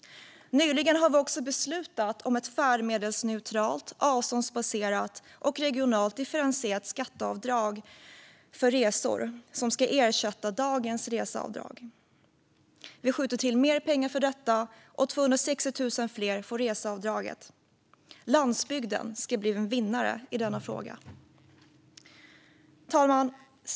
Nyligen har vi också beslutat om ett färdmedelsneutralt, avståndsbaserat och regionalt differentierat skatteavdrag för resor, som ska ersätta dagens reseavdrag. Vi skjuter till mer pengar för detta, och 260 000 fler får reseavdrag. Landsbygden ska bli en vinnare i denna fråga. Fru talman!